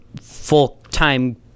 full-time